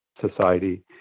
society